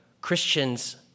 Christians